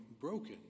broken